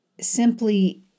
simply